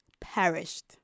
perished